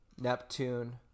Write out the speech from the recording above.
Neptune